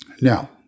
Now